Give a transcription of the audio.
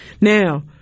Now